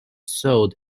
sold